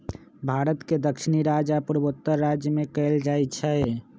भारत के दक्षिणी राज्य आ पूर्वोत्तर राज्य में कएल जाइ छइ